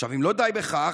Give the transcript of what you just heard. אם לא די בכך,